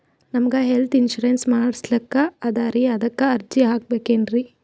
ನಮಗ health insurance ಮಾಡಸ್ಲಾಕ ಅದರಿ ಅದಕ್ಕ ಅರ್ಜಿ ಹಾಕಬಕೇನ್ರಿ?